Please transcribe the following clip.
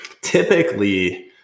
typically